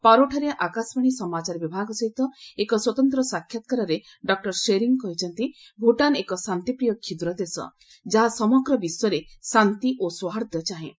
ପାରୋଠାରେ ଆକାଶବାଣୀ ସମାଚାର ବିଭାଗ ସହିତ ଏକ ସ୍ୱତନ୍ତ୍ର ସାକ୍ଷାତ୍କାରରେ ଡକ୍ଟର ସେରିଙ୍ଗ୍ କହିଛନ୍ତି ଭୁଟାନ୍ ଏକ ଶାନ୍ତିପ୍ରିୟ କ୍ଷୁଦ୍ର ଦେଶ ଯାହା ସମଗ୍ର ବିଶ୍ୱରେ ଶାନ୍ତି ଓ ସୌହାର୍ଦ୍ଧ୍ୟ ଚାହେଁ